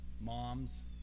moms